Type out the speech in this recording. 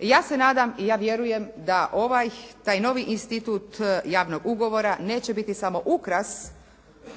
Ja se nadam i ja vjerujem da ovaj, taj novi institut javnog ugovora neće biti samo ukras